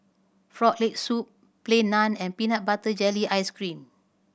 Frog Leg Soup Plain Naan and peanut butter jelly ice cream